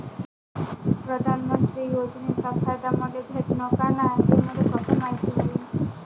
प्रधानमंत्री योजनेचा फायदा मले भेटनं का नाय, हे मले कस मायती होईन?